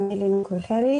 אני אלינור קריכלי,